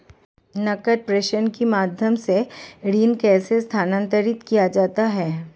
नकद प्रेषण के माध्यम से धन कैसे स्थानांतरित किया जाता है?